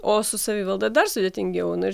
o su savivalda dar sudėtingiau nu ir